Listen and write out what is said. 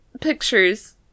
pictures